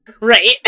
Right